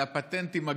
על הפטנט עם הגיור.